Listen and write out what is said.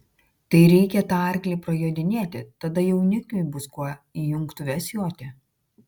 tai reikia tą arklį prajodinėti tada jaunikiui bus kuo į jungtuves joti